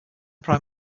prime